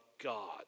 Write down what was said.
God